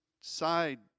side